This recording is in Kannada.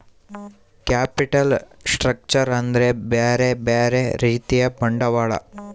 ಕ್ಯಾಪಿಟಲ್ ಸ್ಟ್ರಕ್ಚರ್ ಅಂದ್ರ ಬ್ಯೆರೆ ಬ್ಯೆರೆ ರೀತಿಯ ಬಂಡವಾಳ